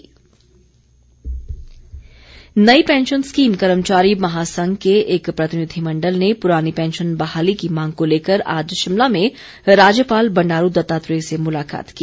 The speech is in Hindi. एनपीएस प्रतिनिधिमण्डल नई पैंशन स्कीम कर्मचारी महासंघ के एक प्रतिनिधि मण्डल ने पुरानी पैंशन बहाली की मांग को लेकर आज शिमला में राज्यपाल बंडारू दत्तात्रेय से मुलाकात की